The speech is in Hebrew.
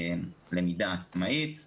למידה עצמאית.